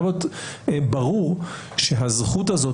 הזכות הזאת